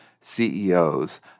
CEOs